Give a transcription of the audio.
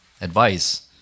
advice